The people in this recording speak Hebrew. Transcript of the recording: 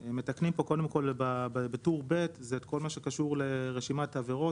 קודם כול בטור ב' זה את כל מה שקשור לרשימת עבירות,